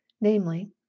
namely